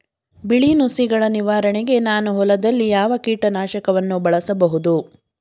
ಬಿಳಿ ನುಸಿಗಳ ನಿವಾರಣೆಗೆ ನಾನು ಹೊಲದಲ್ಲಿ ಯಾವ ಕೀಟ ನಾಶಕವನ್ನು ಬಳಸಬಹುದು?